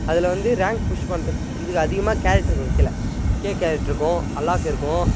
அதில் வந்து rank push பண்ணுறத் இதுக்கு அதிகமாக கேரெக்ட்ரு இருக்கும் கீழே கே கேரெக்ட்டிருக்கும் அல்லாக் இருக்கும்